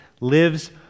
lives